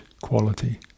quality